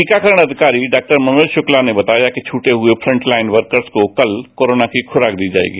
टीकाकरण अधिकारी डॉ मनोज शुक्ला ने बताया कि छूटे हुए फ्रंटलाइन वर्कर्स को कल कोरोना की खुराक दी जाएगी